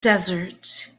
desert